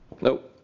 Nope